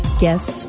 guests